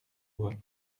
bois